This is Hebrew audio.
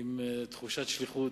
ועם תחושת שליחות.